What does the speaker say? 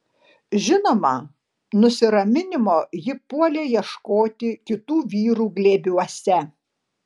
žinoma nusiraminimo ji puolė ieškoti kitų vyrų glėbiuose